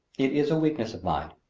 it is a weakness of mine.